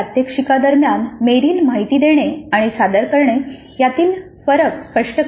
प्रात्यक्षिका दरम्यान मेरील माहिती देणे आणि सादर करणे यातील फरक स्पष्ट करतो